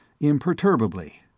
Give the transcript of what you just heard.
imperturbably